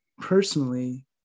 Personally